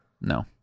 no